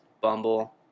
Bumble